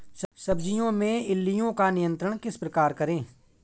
सब्जियों में इल्लियो का नियंत्रण किस प्रकार करें?